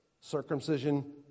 circumcision